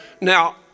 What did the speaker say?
Now